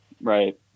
Right